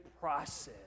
process